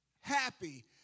happy